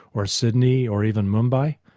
or sydney, or even mumbai?